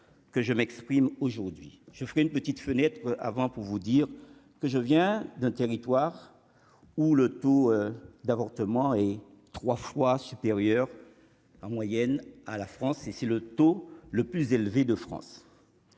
je ferais une petite fenêtre avant pour vous dire que je viens d'un territoire où le taux d'avortements est 3 fois supérieure en moyenne à la France, et si le taux le plus élevé de France